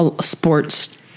sports